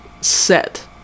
set